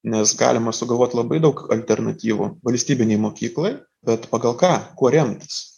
nes galima sugalvot labai daug alternatyvų valstybinei mokyklai bet pagal ką kuo remtis